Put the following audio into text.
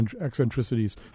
eccentricities